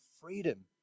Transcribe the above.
freedom